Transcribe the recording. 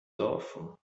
awful